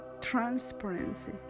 transparency